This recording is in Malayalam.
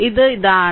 ഇത് ഇതാണ്